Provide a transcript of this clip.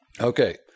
Okay